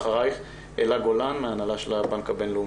אחרייך אלה גולן מההנהלה של הבנק הבינלאומי.